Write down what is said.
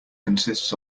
consists